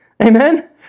Amen